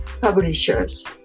publishers